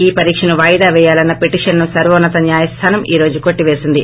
ఈ పరీక్షను వాయిదా పేయాలన్న పిటిషన్ను సర్వోన్నత న్యాయస్థానం ఈ రోజు కొట్టివేసింది